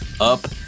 up